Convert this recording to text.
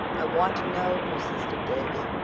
i want to know, persisted davy,